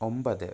ഒമ്പത്